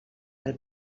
del